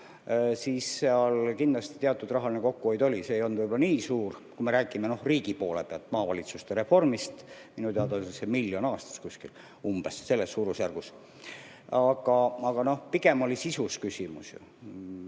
siis seal kindlasti teatud rahaline kokkuhoid oli. See ei olnud võib-olla nii suur, kui me räägime riigi poole pealt maavalitsuste reformist, minu teada oli see miljon aastas kuskil, selles suurusjärgus, aga pigem oli küsimus